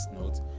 notes